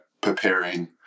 preparing